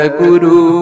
guru